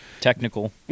technical